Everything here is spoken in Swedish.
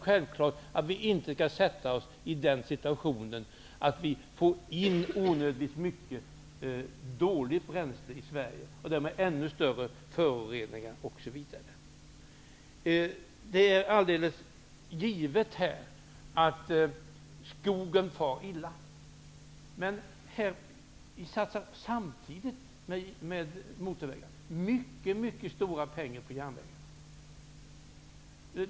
Självklart skall vi inte försätta oss i den situationen att vi får in onödigt mycket dåligt bränsle i Sverige och därmed ännu större föroreningar. Det är givet att skogen far illa. Men samtidigt med motorvägsbyggena satsar vi mycket pengar på järnvägen.